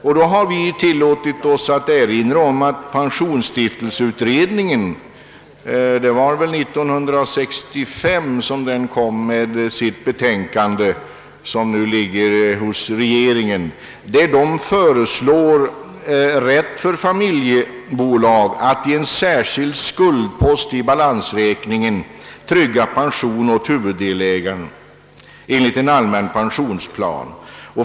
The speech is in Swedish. Utskottsmajoriteten har då erinrat om att pensionsstiftelseutredningen i sitt betänkande 1965 — som nu ligger hos regeringen — föreslår rätt för familjebolag att i en särskild skuldpost i balansräkningen redovisa medel för att trygga pension åt huvuddelägare enligt en allmän pensionsplan.